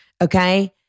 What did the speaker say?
okay